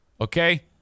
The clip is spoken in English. okay